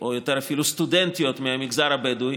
או אפילו סטודנטיות מהמגזר הבדואי,